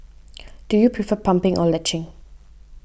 do you prefer pumping or latching